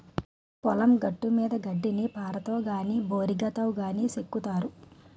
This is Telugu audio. పొలం గట్టుమీద గడ్డిని పారతో గాని బోరిగాతో గాని సెక్కుతారు